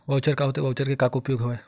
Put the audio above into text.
Voucher का होथे voucher के का उपयोग हवय?